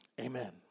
Amen